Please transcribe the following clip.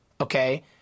okay